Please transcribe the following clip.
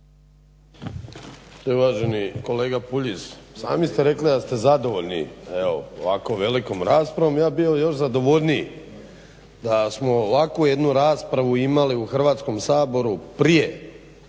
Uvaženi kolega Puljiz sami ste rekli da ste zadovoljni, evo ovako velikom raspravom, ja bi bio evo još zadovoljniji da smo ovakvu jednu raspravu imali u Hrvatskom saboru prije